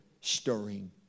stirring